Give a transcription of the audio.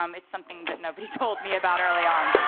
um it's something that nobody told me about early on.